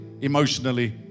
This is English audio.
emotionally